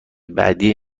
بعدی